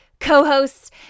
co-hosts